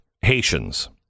Haitians